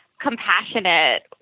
compassionate